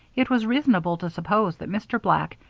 it was reasonable to suppose that mr. black,